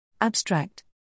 Abstract